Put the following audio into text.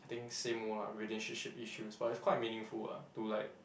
I think same old lah relationship issues but it's quite meaningful ah to like